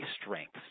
strengths